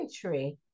tree